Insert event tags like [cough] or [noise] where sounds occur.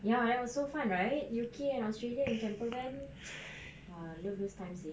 ya that was so fun right U_K and australia in camper van [noise] !wah! love those time seh